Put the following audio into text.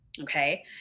Okay